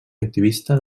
activista